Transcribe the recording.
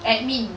admin